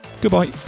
goodbye